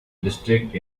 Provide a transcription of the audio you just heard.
district